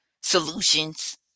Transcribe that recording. solutions